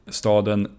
staden